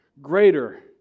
greater